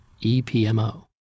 EPMO